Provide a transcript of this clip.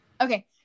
Okay